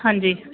ਹਾਂਜੀ